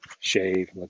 Shave